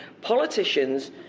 politicians